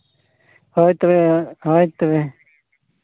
ᱦᱳᱭ ᱛᱚᱵᱮ ᱦᱳᱭ ᱛᱚᱵᱮ